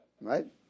Right